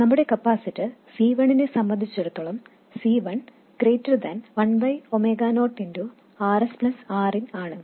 നമ്മുടെ capacitor C1 നെ സംബന്ധിച്ചിടത്തോളം C1 ≫1 0Rs Rin ആണ്